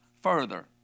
further